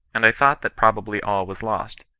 and i thought that probably all was lost,